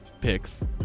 picks